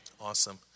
Awesome